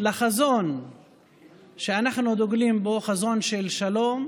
לחזון שאנחנו דוגלים בו, חזון של שלום,